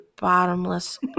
bottomless